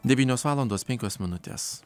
devynios valandos penkios minutės